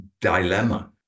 dilemma